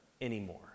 anymore